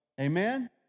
Amen